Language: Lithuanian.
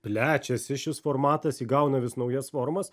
plečiasi šis formatas įgauna vis naujas formas